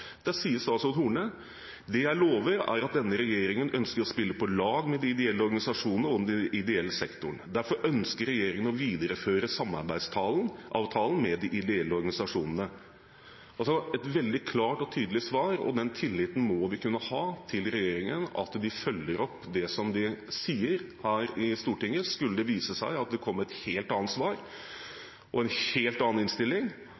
Der sier Horne: «Det jeg lover er at denne regjeringen ønsker å spille på lag med de ideelle organisasjonene og den ideelle sektoren. Derfor ønsker regjeringen å videreføre samarbeidsavtalen med de ideelle organisasjonene.» Det er et veldig klart og tydelig svar, og den tilliten må vi kunne ha til regjeringen at de følger opp det de sier her i Stortinget. Skulle det vise seg at det kommer et helt annet svar og en helt annen innstilling,